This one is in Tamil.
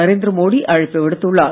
நரேந்திர மோடி அழைப்பு விடுத்துள்ளார்